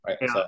right